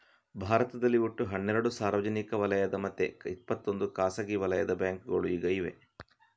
ಭಾರತದಲ್ಲಿ ಒಟ್ಟು ಹನ್ನೆರಡು ಸಾರ್ವಜನಿಕ ವಲಯದ ಮತ್ತೆ ಇಪ್ಪತ್ತೊಂದು ಖಾಸಗಿ ವಲಯದ ಬ್ಯಾಂಕುಗಳು ಈಗ ಇವೆ